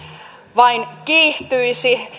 vain kiihtyisi